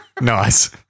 Nice